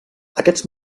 aquests